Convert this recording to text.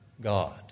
God